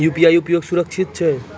UPI उपयोग सुरक्षित छै?